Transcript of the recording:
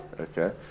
okay